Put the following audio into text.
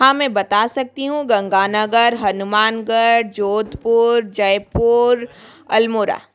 हाँ मैं बता सकती हूँ गंगानगर हनुमानगढ़ जोधपुर जयपुर अल्मोड़ा